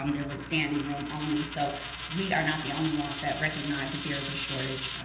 um there was standing room only. so we are not the only ones that recognize that there is a shortage